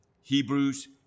Hebrews